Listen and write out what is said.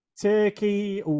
turkey